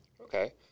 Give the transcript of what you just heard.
Okay